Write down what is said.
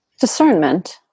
discernment